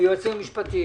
היועצים המשפטיים,